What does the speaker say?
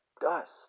Dust